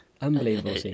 Unbelievable